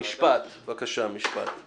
בבקשה, משפט.